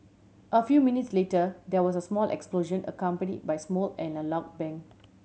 a few minutes later there was a small explosion accompany by smoke and a loud bang